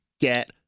get